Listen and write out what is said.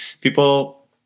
People